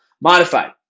modified